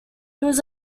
was